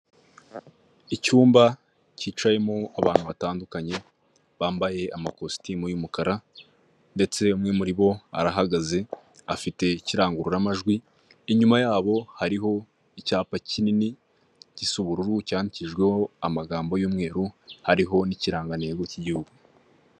Icyumba cyicayemo abantu batandukanye bambaye amakositimu y'umukara, ndetse umwe muri bo arahagaze afite ikirangururamajwi, inyuma yabo hariho icyapa kinini gisa ubururu cyandikijweho amagambo y'umweru hariho n'ikirangantego cy'igihugu.